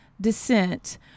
descent